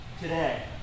today